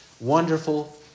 Wonderful